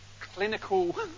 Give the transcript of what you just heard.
clinical